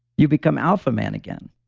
you become alpha man again.